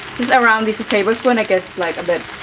around this tablespoon i guess like a bit